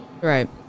right